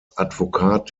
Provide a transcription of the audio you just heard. advokat